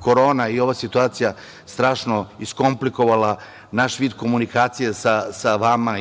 korona i ova situacija je strašno iskomplikovala naš vid komunikacije sa vama,